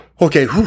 Okay